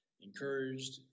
encouraged